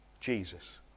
Jesus